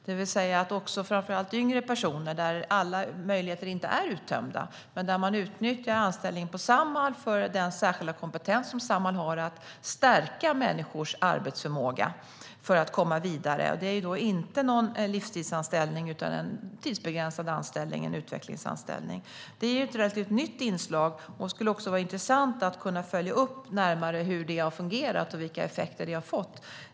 Dessa gäller framför allt yngre personer där alla möjligheter inte är uttömda men där man utnyttjar anställningen på Samhall för den särskilda kompetens som Samhall har att stärka människors arbetsförmåga för att komma vidare. Det är ingen livstidsanställning utan en tidsbegränsad anställning, en utvecklingsanställning. Det är ett relativt nytt inslag, och det skulle vara intressant att följa upp hur det har fungerat och vilka effekter det har fått.